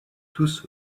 tous